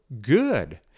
good